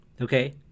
okay